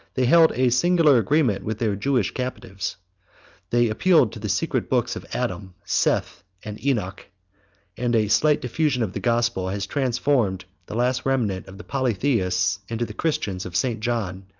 they held a singular agreement with their jewish captives they appealed to the secret books of adam, seth, and enoch and a slight infusion of the gospel has transformed the last remnant of the polytheists into the christians of st. john,